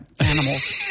animals